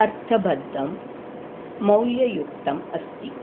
अर्थबद्धं मौल्ययुक्तम् अस्ति